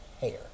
hair